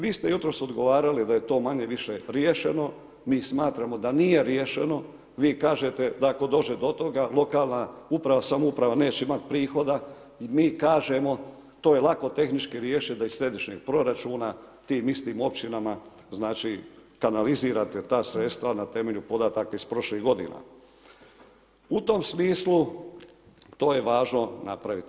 Vi ste jutros odgovarali da je to manje-više riješeno, mi smatramo da nije riješeno, vi kažete ako dođe do toga lokalna uprava, samouprava neće imati prihoda i mi kažemo, to je lako tehnički riješiti da iz središnjeg proračuna, tim istim općinama, znači kanalizirate ta sredstva na temelju podataka iz prošlih g. U tom smislu to je važno napraviti.